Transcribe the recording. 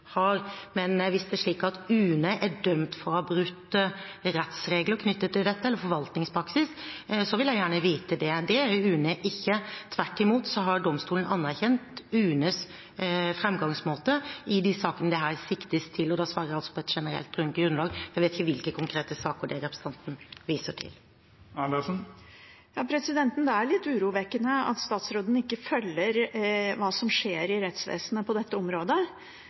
har. Men hvis det er slik at UNE er dømt for å ha brutt rettsregler eller forvaltningspraksis knyttet til dette, vil jeg gjerne vite det. Det er UNE ikke. Tvert imot har domstolen anerkjent UNEs framgangsmåte i de sakene det her siktes til – og da svarer jeg altså på et generelt grunnlag, for jeg vet ikke hvilke konkrete saker det er representanten viser til. Det er litt urovekkende at statsråden ikke følger med på hva som skjer i rettsvesenet på dette området,